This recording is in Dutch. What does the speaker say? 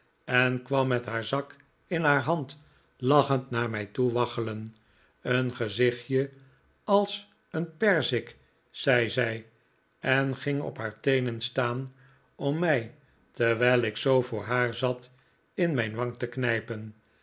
en kwam met haar zak in haar hand lachend naar mij toe waggelen een gezichtje als een perzik zei zij en ging op haar teenen staan om mij terwijl ik zoo voor haar zat in mijn wang te knijpen